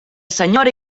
senyora